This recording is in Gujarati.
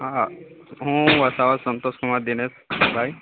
હા હું વસાવા સંતોષકુમાર દિનેશભાઈ